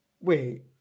Wait